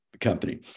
company